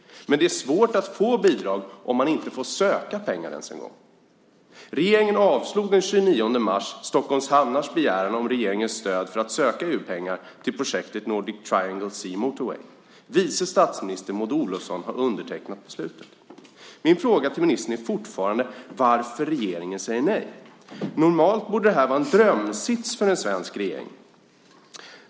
Men det är svårt att få bidrag om man inte ens en gång får söka pengar. Regeringen avslog den 29 mars Stockholms Hamnars begäran om regeringens stöd för att söka EU-pengar till projektet Nordic Triangle Sea Motorway. Vice statsminister Maud Olofsson har undertecknat beslutet. Min fråga till ministern är fortfarande varför regeringen säger nej. Normalt borde det här vara en drömsits för en svensk regering.